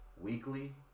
weekly